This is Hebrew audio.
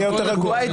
יהיה יותר רגוע.